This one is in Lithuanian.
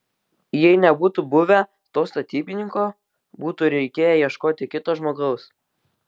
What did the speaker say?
jei nebūtų buvę to statybininko būtų reikėję ieškoti kito žmogaus